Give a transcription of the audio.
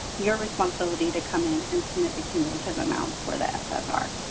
your responsibility to come in and submit the cumulative amounts for that so ah